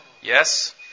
Yes